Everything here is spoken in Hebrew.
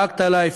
כל כך דאגת לה,